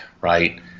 right